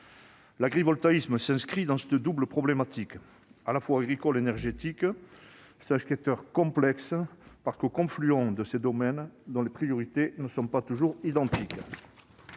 L'agrivoltaïsme s'inscrit dans cette double problématique, à la fois agricole et énergétique. C'est un secteur complexe, parce qu'il se situe à la confluence de ces domaines, dont les priorités ne sont pas toujours identiques.